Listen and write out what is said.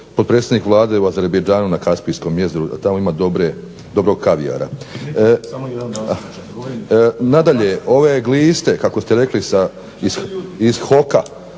potpredsjednik Vlade u Azerbajdžanu na Kaspijskom jezeru, tamo ima dobrog kavijara. Nadalje, ove gliste kako ste rekli iz HOK-a,